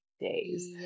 days